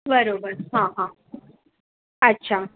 बरोबर हां हां अच्छा